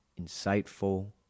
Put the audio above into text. insightful